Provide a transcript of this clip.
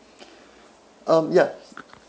um ya